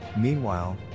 Meanwhile